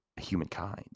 humankind